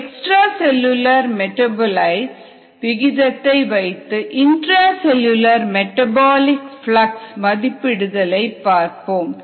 extra cellular metabolites விகிதத்தை வைத்து intra cellular metabolic flux மதிப்பிடுதல் ஐ பார்ப்போம்